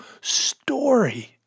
story